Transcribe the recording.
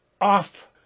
off